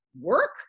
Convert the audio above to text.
work